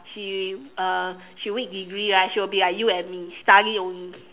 she uh she read degree right she will be like you and me study only